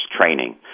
training